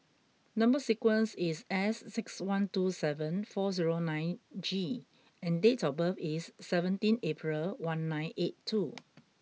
number sequence is S six one two seven four zero nine G and date of birth is seventeen April one nine eight two